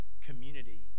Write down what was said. community